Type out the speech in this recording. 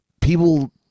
people